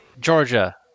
Georgia